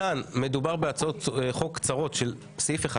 מתן, מדובר בהצעות חוק קצרות של סעיף אחד.